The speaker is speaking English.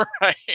Right